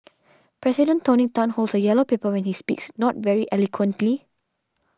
President Tony Tan holds a yellow paper when he speaks not very eloquently